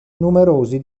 numerosi